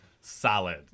Solid